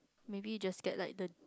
maybe just get like the